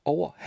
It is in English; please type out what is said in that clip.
Over